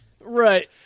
Right